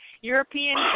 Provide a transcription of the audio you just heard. European